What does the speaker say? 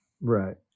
Right